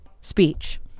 speech